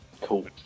Cool